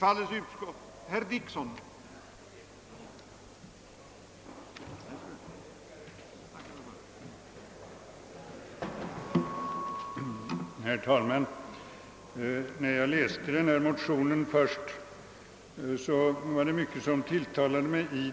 Herr talman! När jag först läste föreliggande motion, II: 312, var det mycket i den som tilltalade mig.